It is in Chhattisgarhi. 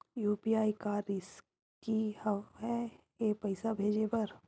यू.पी.आई का रिसकी हंव ए पईसा भेजे बर?